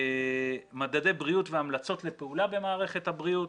מדדי בריאות והמלצות לפעולה במערכת הבריאות: